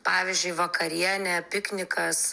pavyzdžiui vakarienė piknikas